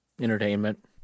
entertainment